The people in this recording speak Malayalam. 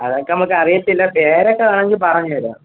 അതൊക്ക് നമുക്ക് അറിയത്തില്ല പേരൊക്കെ വേണേല് പറഞ്ഞ് തരാം